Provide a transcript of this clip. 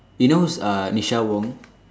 you know who's uh Nisha Wong